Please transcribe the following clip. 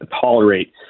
tolerate